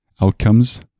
outcomes